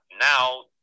Now